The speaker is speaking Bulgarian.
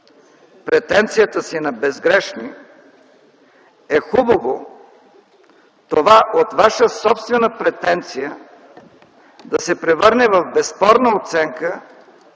претенцията си на безгрешни, е хубаво това от ваша собствена претенция да се превърне в безспорна оценка